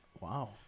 Wow